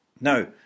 Now